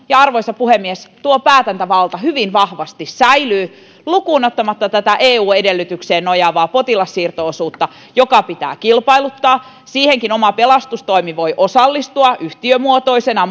arvoisa puhemies tuo päätäntävalta hyvin vahvasti säilyy lukuun ottamatta tätä eu edellytykseen nojaavaa potilassiirto osuutta joka pitää kilpailuttaa siihenkin oma pelastustoimi voi osallistua yhtiömuotoisena